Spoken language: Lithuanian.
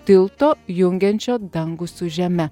tilto jungiančio dangų su žeme